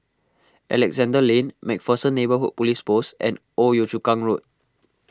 Alexandra Lane MacPherson Neighbourhood Police Post and Old Yio Chu Kang Road